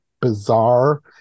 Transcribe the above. bizarre